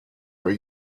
were